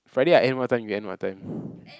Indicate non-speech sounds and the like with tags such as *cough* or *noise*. Friday I end what time you end what time *breath*